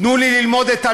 תנו לי ללמוד את הנושא.